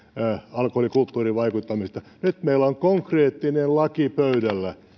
alkoholikulttuuriin vaikuttamisesta nyt meillä on konkreettinen laki pöydällä